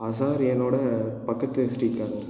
அசார் என்னோடய பக்கத்து ஸ்ட்ரீட் காரர்